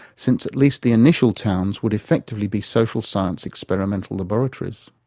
since at least the initial towns would effectively be social science experimental laboratories.